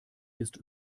ist